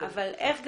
אבל איך עוזרים.